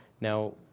Now